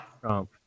Trump